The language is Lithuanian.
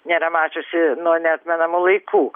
nėra mačiusi nuo neatmenamų laikų